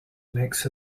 makes